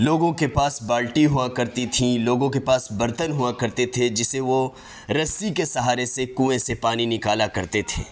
لوگوں کے پاس بالٹی ہوا کرتی تھیں لوگوں کے پاس برتن ہوا کرتے تھے جس سے وہ رسی کے سہارے سے کنویں سے پانی نکالا کرتے تھے